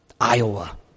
Iowa